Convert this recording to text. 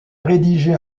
rédigé